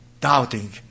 doubting